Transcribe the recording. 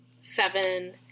seven